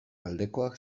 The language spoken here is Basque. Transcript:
aldekoak